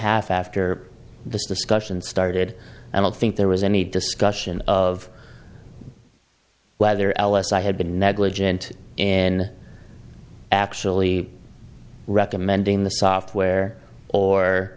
half after this discussion started i don't think there was any discussion of whether l s i had been negligent in actually recommending the software or